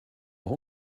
noch